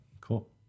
Cool